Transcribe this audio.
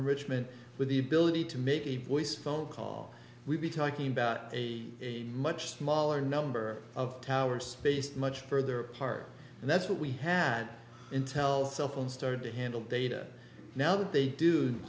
richmond with the ability to make a voice phone call we'd be talking about a much smaller number of towers spaced much further apart and that's what we had intel cell phones started to handle data now th